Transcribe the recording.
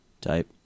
type